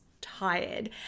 tired